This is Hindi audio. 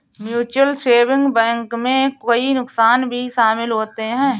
म्यूचुअल सेविंग बैंक में कई नुकसान भी शमिल होते है